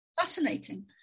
fascinating